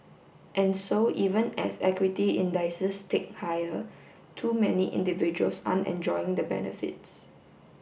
and so even as equity indices tick higher too many individuals aren't enjoying the benefits